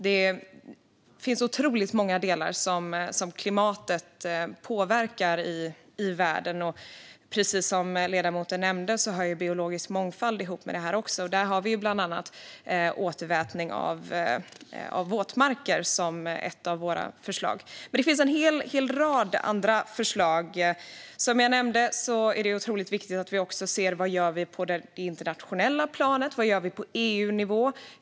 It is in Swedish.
Det finns otroligt många delar som klimatet påverkar i världen. Precis som ledamoten nämnde hör biologisk mångfald också ihop med detta. Där har vi bland annat återvätning av våtmarker som ett av våra förslag. Det finns en hel rad andra förslag. Som jag nämnde är det otroligt viktigt att vi ser till vad vi gör vi på det internationella planet? Vad gör vi på EU-nivå?